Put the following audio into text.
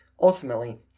ultimately